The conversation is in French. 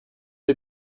les